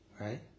right